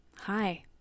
hi